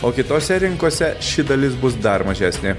o kitose rinkose ši dalis bus dar mažesnė